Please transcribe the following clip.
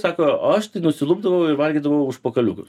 sako o aš tai nusilupdavau ir valgydavau užpakaliukus